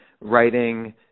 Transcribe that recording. writing